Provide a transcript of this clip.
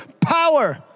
power